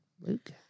Luke